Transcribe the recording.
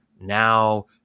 now